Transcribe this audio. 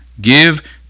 Give